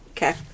Okay